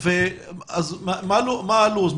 מה לוח הזמנים?